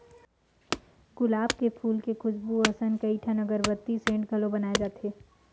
गुलाब के फूल के खुसबू असन कइठन अगरबत्ती, सेंट घलो बनाए जाथे